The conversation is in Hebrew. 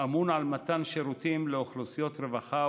אמון על מתן שירותים לאוכלוסיות רווחה,